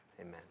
amen